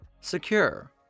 Secure